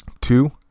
Two